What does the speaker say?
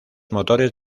motores